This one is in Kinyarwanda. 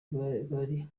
bari